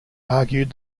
argued